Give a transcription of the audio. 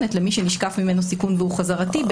למי שנשקף ממנו סיכון והוא חזרתי,